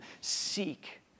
Seek